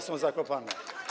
są zakopane.